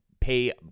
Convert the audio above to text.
pay